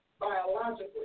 biologically